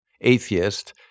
atheist